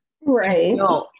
Right